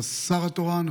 השר התורן,